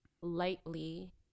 lightly